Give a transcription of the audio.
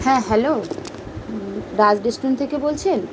হ্যাঁ hello Raj restaurant থেকে বলছেন